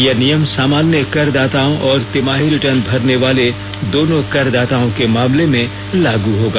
यह नियम सामान्य करदाताओं और तिमाही रिटर्न भरने वाले दोनों करदाताओं के मामले में लागू होगा